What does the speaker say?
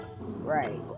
right